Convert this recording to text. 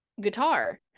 guitar